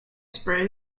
spray